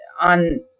on